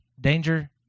danger